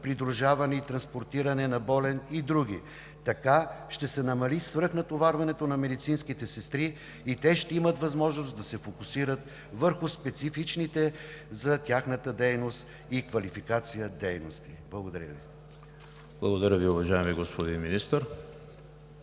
придружаване и транспортиране на болен и други. Така ще се намали свръхнатоварването на медицинските сестри и те ще имат възможност да се фокусират върху специфичните за професионалната им квалификация дейности. Благодаря Ви. ПРЕДСЕДАТЕЛ ЕМИЛ ХРИСТОВ: Благодаря Ви, уважаеми господин Министър.